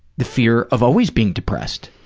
the fear of always being depressed,